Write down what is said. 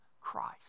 Christ